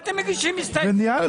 ואתם מגישים הסתייגויות.